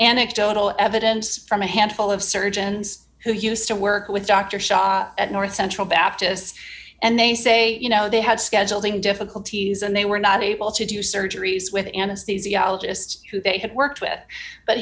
anecdotal evidence from a handful of surgeons who used to work with dr shah at north central baptist and they say you know they had scheduling difficulties and they were not able to do surgeries with anesthesiologist who they had worked with but